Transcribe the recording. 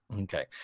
Okay